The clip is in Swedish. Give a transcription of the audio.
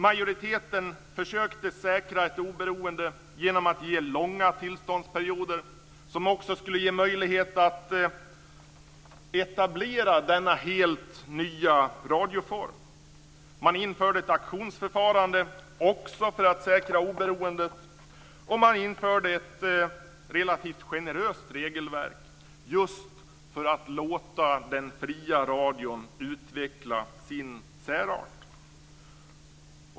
Majoriteten försökte säkra ett oberoende genom att ge långa tillståndsperioder som också skulle ge möjlighet att etablera denna helt nya radioform. Man införde ett auktionsförfarande för att säkra oberoendet. Man införde också ett relativt generöst regelverk just för att låta den fria radion utveckla sin särart.